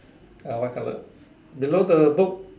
uh white colour below the book